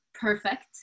perfect